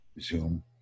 Zoom